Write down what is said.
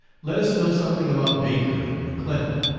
let us know something about baker and mcclennan.